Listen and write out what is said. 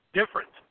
different